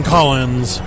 Collins